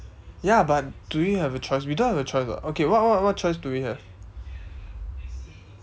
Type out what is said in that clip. ya but do we have a choice we don't have a choice [what] okay what what what choice do we have